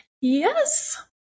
Yes